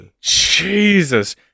Jesus